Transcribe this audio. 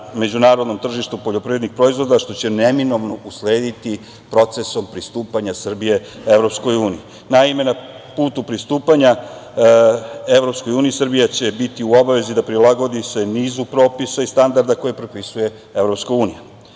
međunarodnom tržištu poljoprivrednih proizvoda, što će neminovno uslediti procesom pristupanja Srbije EU.Naime, na putu pristupanja EU Srbija će biti u obavezi da prilagodi se nizu propisa i standarda koje propisuje EU.Ovaj Zakon